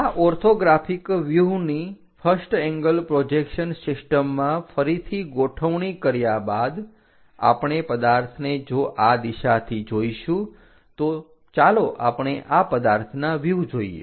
આ ઓર્થોગ્રાફિક વ્યુહની first angle projection સિસ્ટમમાં ફરીથી ગોઠવણી કર્યા બાદ આપણે પદાર્થને જો આ દિશાથી જોઈશું તો ચાલો આપણે આ પદાર્થના વ્યુહ જોઈએ